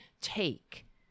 take